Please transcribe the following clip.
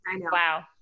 wow